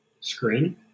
screen